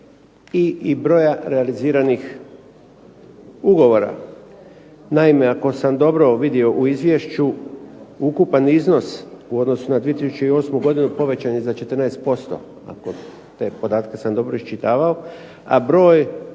i broja realiziranih ugovora. Naime, ako sam dobro vidio u izvješću ukupan iznos u odnosu na 2008. godinu povećan je za 14% ako sam te podatke dobro iščitavao. A broj